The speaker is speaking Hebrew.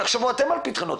תחשבו אתם על פתרונות.